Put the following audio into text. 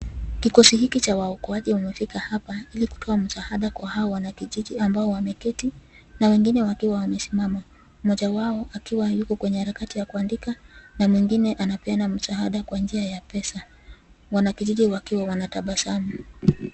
Kikosi hiki cha waokoji wamefika hapa ili kutoa msaada kwa hawa wanakijiji ambao wameketi na wengine wakiwa wamesimama. Mmoja wao akiwa yuko hatika harakati ya kuandika na mwingine anapeana msaada kwa njia ya pesa. Wanakijiji wakiwa wanatabasamu.